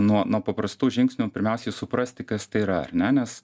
nuo nuo paprastų žingsnių pirmiausiai suprasti kas tai yra ar ne nes